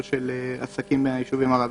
אומדן של ממוצע אשראי לתושב.